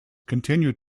continued